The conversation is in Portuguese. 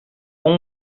com